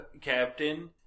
captain